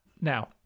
Now